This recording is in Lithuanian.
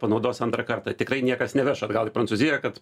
panaudos antrą kartą tikrai niekas neveš atgal į prancūziją kad